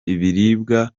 ibiribwa